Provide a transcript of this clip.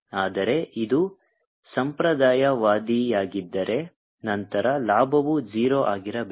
ಆದರೆ ಇದು ಸಂಪ್ರದಾಯವಾದಿಯಾಗಿದ್ದರೆ ನಂತರ ಲಾಭವು 0 ಆಗಿರಬೇಕು